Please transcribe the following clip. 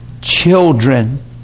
children